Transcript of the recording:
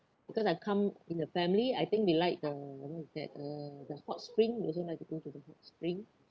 because I come in a family I think they like the what is that uh the hot spring also like to go to the hot spring